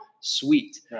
sweet